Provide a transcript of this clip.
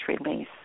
release